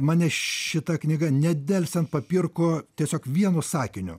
mane šita knyga nedelsiant papirko tiesiog vienu sakiniu